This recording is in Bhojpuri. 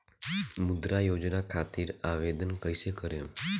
मुद्रा योजना खातिर आवेदन कईसे करेम?